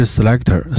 Selector